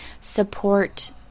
support